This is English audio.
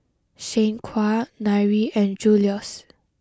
Shanequa Nyree and Julious